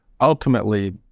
ultimately